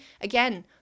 Again